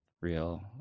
real